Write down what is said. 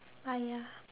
ah ya